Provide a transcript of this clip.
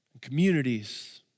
communities